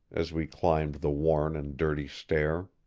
as we climbed the worn and dirty stair.